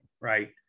right